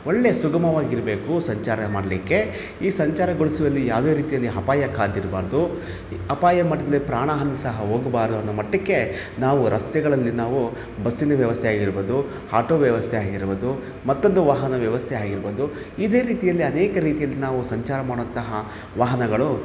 ಒಳ್ಳೆ ಸುಗಮವಾಗಿರಬೇಕು ಸಂಚಾರ ಮಾಡಲಿಕ್ಕೆ ಈ ಸಂಚಾರಗೊಳಿಸುವಲ್ಲಿ ಯಾವುದೇ ರೀತಿಯಲ್ಲಿ ಅಪಾಯ ಕಾದಿರಬಾರ್ದು ಅಪಾಯ ಮಟ್ಟದಲ್ಲಿ ಪ್ರಾಣ ಹಾನಿ ಸಹ ಹೋಗಬಾರದು ಅನ್ನೋ ಮಟ್ಟಕ್ಕೆ ನಾವು ರಸ್ತೆಗಳಲ್ಲಿ ನಾವು ಬಸ್ಸಿನ ವ್ಯವಸ್ಥೆ ಆಗಿರ್ಬೌದು ಆಟೋ ವ್ಯವಸ್ಥೆ ಆಗಿರ್ಬೌದು ಮತ್ತೊಂದು ವಾಹನ ವ್ಯವಸ್ಥೆ ಆಗಿರ್ಬೌದು ಇದೇ ರೀತಿಯಲ್ಲಿ ಅನೇಕ ರೀತಿಯಲ್ಲಿ ನಾವು ಸಂಚಾರ ಮಾಡೊಂತಹ ವಾಹನಗಳು